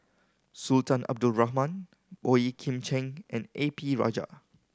Sultan Abdul Rahman Boey Kim Cheng and A P Rajah